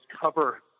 cover